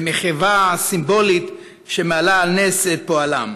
במחווה סימבולית שמעלה על נס את פועלם.